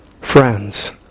Friends